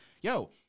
yo